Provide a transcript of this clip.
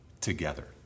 together